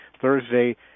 Thursday